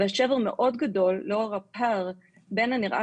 והשבר הוא מאוד גדול לאור הפער בין הנראה